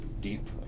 deep